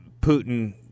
Putin